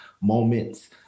moments